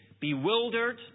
bewildered